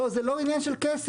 לא, זה לא עניין של כסף.